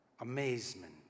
amazement